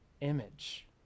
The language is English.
image